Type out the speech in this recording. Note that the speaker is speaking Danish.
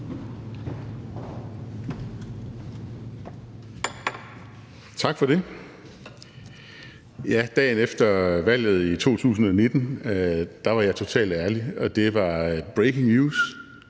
Tak for det. Dagen efter valget i 2019 var jeg totalt ærlig, og det var breaking news: